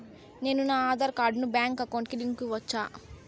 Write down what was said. నేను నా ఆధార్ కార్డును బ్యాంకు అకౌంట్ కి లింకు ఇవ్వొచ్చా?